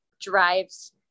drives